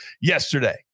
yesterday